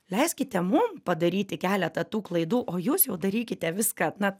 leiskite mum padaryti keletą tų klaidų o jūs jau darykite viską na